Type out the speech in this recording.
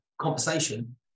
conversation